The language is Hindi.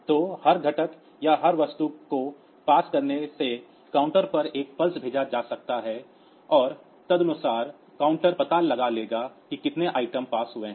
तो हर घटक या हर वस्तु को पास करने से काउंटर पर एक पल्स भेजा जा सकता है और तदनुसार काउंटर पता लगा लेगा कि कितने आइटम पास हुए हैं